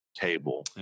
table